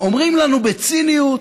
אומרים לנו בציניות: